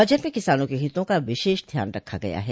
budget में किसानों के हितों का विशेष ध्यान रखा गया है